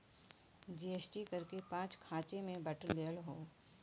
GST कर के पाँच खाँचे मे बाँटल गएल हौ